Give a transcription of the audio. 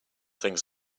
things